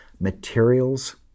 materials